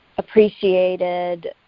appreciated